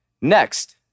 Next